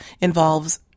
involves